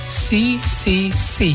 ccc